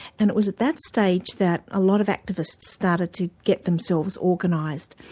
and it was at that stage that a lot of activists started to get themselves organised.